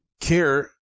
care